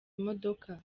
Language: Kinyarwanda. imodoka